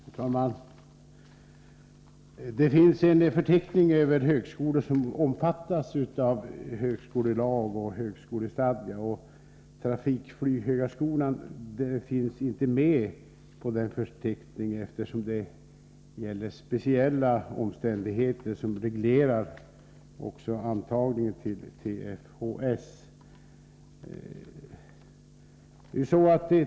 Herr talman! Det finns en förteckning över högskolor som omfattas av högskolelag och högskolestadga. Trafikflygarhögskolan är inte med på den förteckningen, eftersom det för TFHS gäller speciella omständigheter, som också reglerar antagningen till skolan.